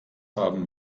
haben